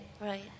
Right